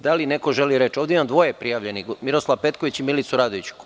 Da li neko želi reč? (Da) Imam dvoje prijavljenih u sistemu, Miroslava Petkovića i Milicu Radović.